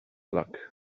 luck